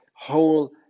whole